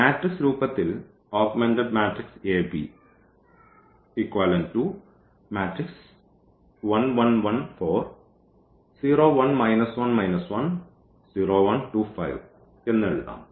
matrix രൂപത്തിൽ എന്ന് എഴുതാം